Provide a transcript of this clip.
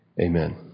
Amen